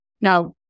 Now